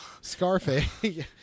Scarface